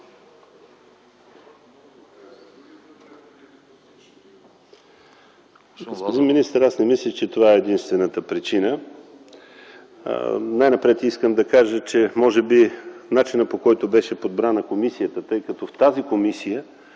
Господин министър, аз не мисля, че това е единствената причина. Най-напред искам да кажа, че начинът по който беше подбрана комисията, тъй като в тази комисия